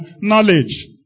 knowledge